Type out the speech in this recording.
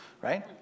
Right